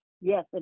yes